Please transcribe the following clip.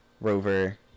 rover